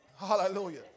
Hallelujah